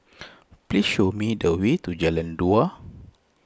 please show me the way to Jalan Dua